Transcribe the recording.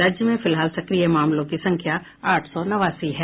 राज्य में फिलहाल सक्रिय मामलों की संख्या आठ सौ नवासी है